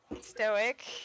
stoic